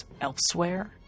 elsewhere